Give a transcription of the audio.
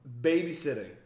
Babysitting